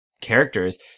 characters